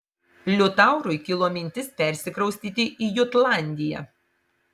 liutaurui kilo mintis persikraustyti į jutlandiją